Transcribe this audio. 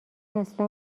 اصلا